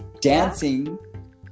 dancing